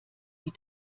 die